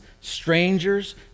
strangers